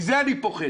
מזה אני פוחד.